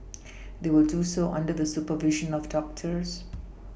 they will do so under the supervision of doctors